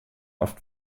oft